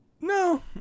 No